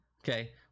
Okay